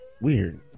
Weird